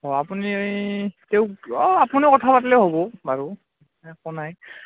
অঁ আপুনি তেওঁক অঁ আপুনি কথা পাতিলেও হ'ব বাৰু একো নাই